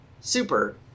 Super